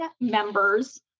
members